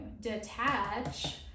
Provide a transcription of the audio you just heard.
Detach